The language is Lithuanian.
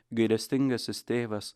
gailestingasis tėvas